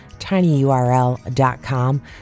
tinyurl.com